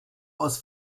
aus